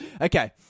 okay